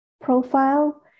profile